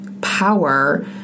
power